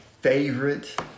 favorite